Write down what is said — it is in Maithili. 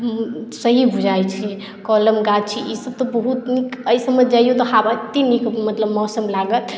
सही बुझाई छै कलम गाछी ई सभ तऽ बहुत ई समैझ जइयौ जे एते नीक मौसम लागत जे